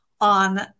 on